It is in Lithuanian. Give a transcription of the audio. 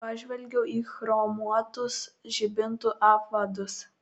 pažvelgiau į chromuotus žibintų apvadus